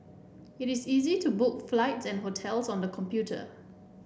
it is easy to book flights and hotels on the computer